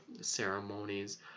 ceremonies